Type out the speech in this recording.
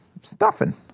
stuffing